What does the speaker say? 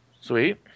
Sweet